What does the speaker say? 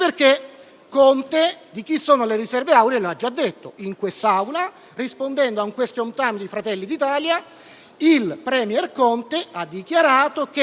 Conte di chi sono le riserve auree l'ha già detto in quest'Aula. Rispondendo durante un *question time* a Fratelli d'Italia, il *premier* Conte ha dichiarato che,